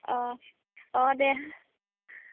अ अ दे